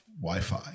Wi-Fi